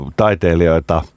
taiteilijoita